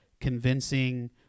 convincing